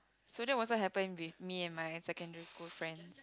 so that was what happened with me and my secondary school friend